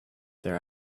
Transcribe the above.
their